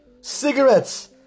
cigarettes